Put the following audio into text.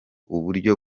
uburyo